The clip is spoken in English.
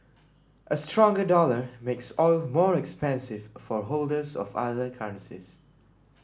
a stronger dollar makes oil more expensive for holders of other currencies